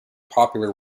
popular